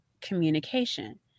communication